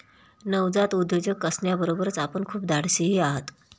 नवजात उद्योजक असण्याबरोबर आपण खूप धाडशीही आहात